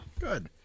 Good